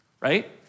right